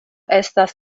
estas